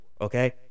Okay